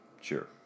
Sure